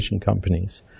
companies